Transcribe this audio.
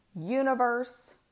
universe